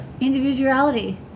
individuality